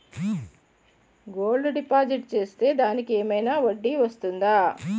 Gold deposit చేస్తే దానికి ఏమైనా వడ్డీ వస్తుందా?